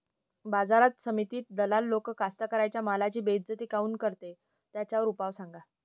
बाजार समितीत दलाल लोक कास्ताकाराच्या मालाची बेइज्जती काऊन करते? त्याच्यावर उपाव सांगा